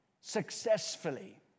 successfully